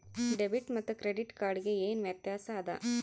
Debit ಮತ್ತ credit card ಗೆ ಏನ ವ್ಯತ್ಯಾಸ ಆದ?